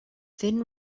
thin